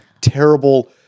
terrible